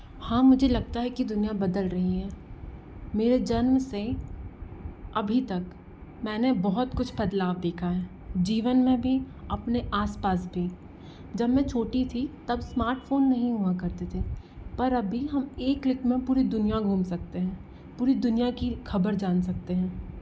हाँ मुझे लगता है कि दुनिया बदल रहीं हैं मेरे जन्म से अभी तक मैंने बहुत कुछ बदलाव देखा है जीवन में भी अपने आस पास भी जब मैं छोटी थी तब स्मार्टफोन नहीं हुआ करते थे पर अभी हम एक क्लिक में पूरी दुनिया घूम सकते हैं पूरी दुनिया की ख़बर जान सकते हैं